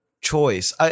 choice